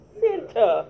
center